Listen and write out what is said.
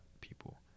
people